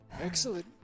Excellent